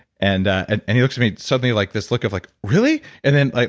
and and and he looks me suddenly like this, look of like, really? and then, like